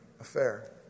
affair